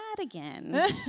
again